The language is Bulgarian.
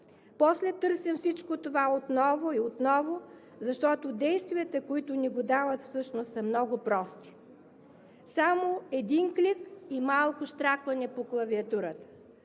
после търсим всичко отново и отново, защото действията, които ни го дават, всъщност са много прости – само един клик и малко щракване по клавиатурата.